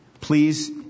please